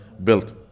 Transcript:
Built